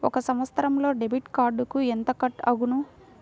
ఒక సంవత్సరంలో డెబిట్ కార్డుకు ఎంత కట్ అగును?